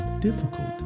difficult